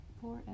Forever